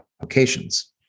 applications